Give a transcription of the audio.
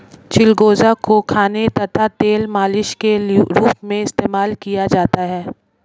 चिलगोजा को खाने तथा तेल मालिश के रूप में इस्तेमाल किया जाता है